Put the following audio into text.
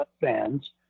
fans